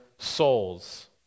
souls